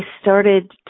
started